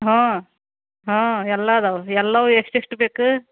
ಹ್ಞೂ ಹ್ಞೂ ಎಲ್ಲ ಇದಾವ್ ಎಲ್ಲವೂ ಎಷ್ಟು ಎಷ್ಟು ಬೇಕು